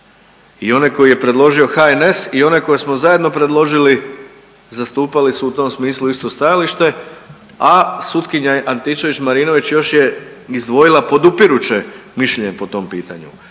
i onaj koji je predložio HNS i onaj kojeg smo zajedno predložili zastupali smo u tom smislu isto stajalište, a sutkinja je Antičević Marinović još je izdvojila podupiruće mišljenje po tom pitanju.